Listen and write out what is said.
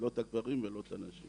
לא את הגברים ולא את הנשים.